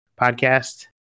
Podcast